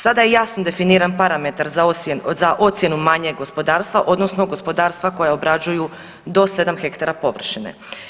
Sada je jasno definiran parametar za ocjenu manjeg gospodarstva, odnosno gospodarstva koja obrađuju do 7 hektara površine.